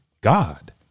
God